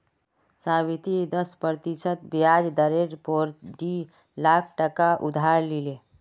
सावित्री दस प्रतिशत ब्याज दरेर पोर डी लाख टका उधार लिले